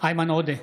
איימן עודה,